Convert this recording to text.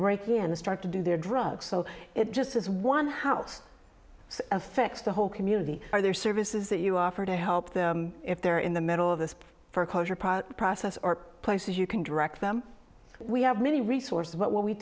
break in and start to do their drugs so it just has one house so affects the whole community are there services that you offer to help them if they're in the middle of this foreclosure prout process or places you can direct them we have many resources but what we